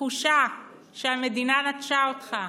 התחושה שהמדינה נטשה אותך.